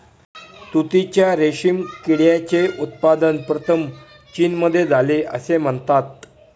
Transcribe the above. तुतीच्या रेशीम किड्याचे उत्पादन प्रथम चीनमध्ये झाले असे म्हणतात